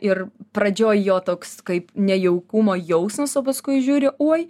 ir pradžioj jo toks kaip nejaukumo jausmas o paskui žiūri oi